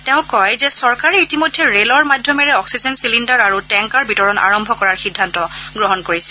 তেওঁ কয় যে চৰকাৰে ইতিমধ্যে ৰে লৰ মাধ্যমেৰে অক্সিজেন চিলিণ্ডাৰ আৰু টেংকাৰ বিতৰণ আৰম্ভ কৰাৰ সিদ্ধান্ত গ্ৰহণ কৰিছে